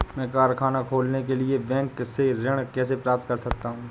मैं कारखाना खोलने के लिए बैंक से ऋण कैसे प्राप्त कर सकता हूँ?